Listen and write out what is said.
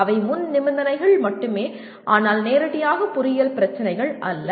அவை முன்நிபந்தனைகள் மட்டுமே ஆனால் நேரடியாக பொறியியல் பிரச்சினைகள் அல்ல